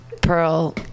pearl